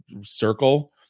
circle